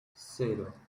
cero